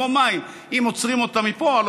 זה כמו מים: אם עוצרים אותם מפה הלוא